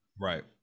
Right